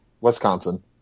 Wisconsin